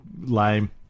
lame